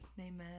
amen